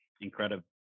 incredible